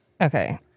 Okay